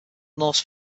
norse